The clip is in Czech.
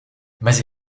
mezi